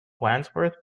wandsworth